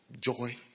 joy